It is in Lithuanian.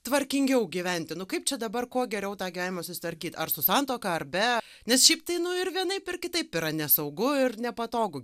tvarkingiau gyventi nu kaip čia dabar kuo geriau tą gyvenimą susitvarkyt ar su santuoka ar be nes šiaip tai nu ir vienaip ar kitaip yra nesaugu ir nepatogu